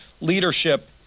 leadership